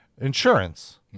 insurance